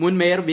മുൻ mayor V